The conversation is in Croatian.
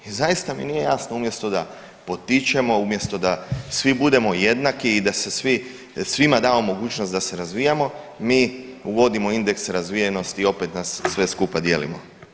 I zaista mi nije jasno, umjesto da potičemo, umjesto da svi budemo jednaki i da se svi, svima damo mogućnost da se razvijamo, mi uvodimo indeks razvijenosti i opet nas sve skupa dijelimo.